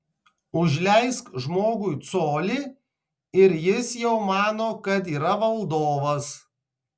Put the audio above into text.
užleisk žmogui colį ir jis jau mano kad yra valdovas